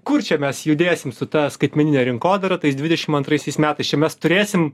kur čia mes judėsim su ta skaitmenine rinkodara tais dvidešim antraisiais metais čia mes turėsim